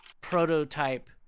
prototype